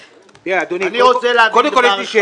אני רוצה להבין דבר אחד --- תראה,